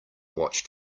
watched